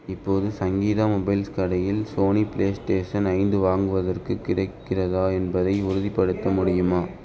இப்போது சங்கீதா மொபைல்ஸ் கடையில் Sony PlayStation ஐந்து வாங்குவதற்கு கிடைக்கிறதா என்பதை உறுதிப்படுத்த முடியுமா